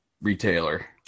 retailer